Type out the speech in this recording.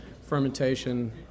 fermentation